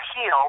heal